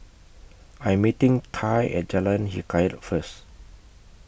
I'm meeting Tye At Jalan Hikayat First